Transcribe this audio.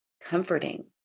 comforting